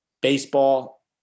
baseball